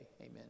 amen